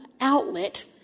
outlet